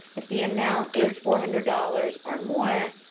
if the amount is four hundred dollars or more,